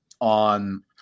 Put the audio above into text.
on –